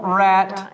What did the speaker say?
rat